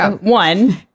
One